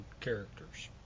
characters